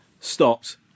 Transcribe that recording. stopped